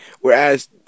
Whereas